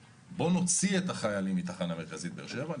נוציא את החיילים מתחנה מרכזית באר שבע,